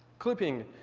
clipping.